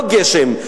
לא "גשם",